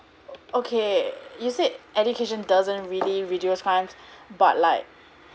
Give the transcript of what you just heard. okay you said education doesn't really reduce crimes but like